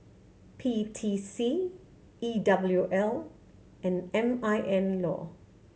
P T C E W L and M I N Law